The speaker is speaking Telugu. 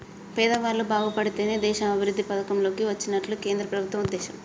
పేదవాళ్ళు బాగుపడితేనే దేశం అభివృద్ధి పథం లోకి వచ్చినట్లని కేంద్ర ప్రభుత్వం ఉద్దేశం